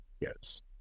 Yes